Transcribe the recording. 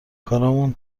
کارامون